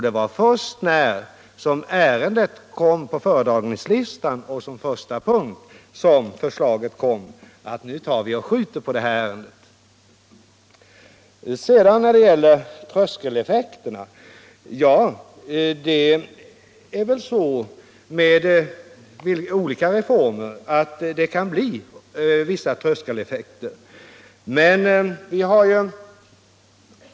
Det var först när ärendet stod som första punkt på föredragningslistan som förslaget kom att vi skulle uppskjuta behandlingen av det. Reformer kan givetvis medföra olika tröskeleffekter.